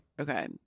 okay